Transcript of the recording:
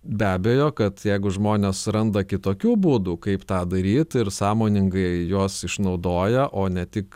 be abejo kad jeigu žmonės randa kitokių būdų kaip tą daryt ir sąmoningai juos išnaudoja o ne tik